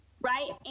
Right